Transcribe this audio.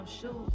shoes